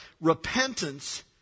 Repentance